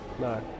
no